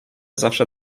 zawsze